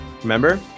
remember